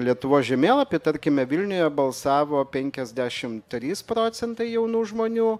lietuvos žemėlapį tarkime vilniuje balsavo penkiasdešim trys procentai jaunų žmonių